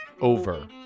Over